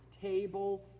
table